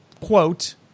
quote